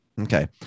Okay